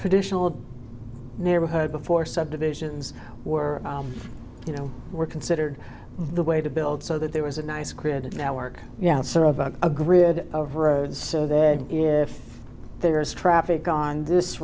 traditional neighborhood before subdivisions were you know were considered the way to build so that there was a nice creative network you know sort of a grid of roads so that if there is traffic on this